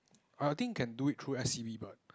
I think can do it through S_C_B but